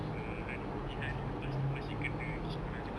uh hari hari selpas itu masih kena pergi sekolah juga